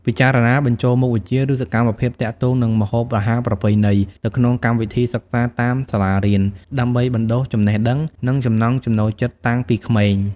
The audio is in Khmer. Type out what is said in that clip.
ពិចារណាបញ្ចូលមុខវិជ្ជា ឬសកម្មភាពទាក់ទងនឹងម្ហូបអាហារប្រពៃណីទៅក្នុងកម្មវិធីសិក្សាតាមសាលារៀន ដើម្បីបណ្ដុះចំណេះដឹង និងចំណង់ចំណូលចិត្តតាំងពីក្មេង។